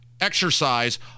exercise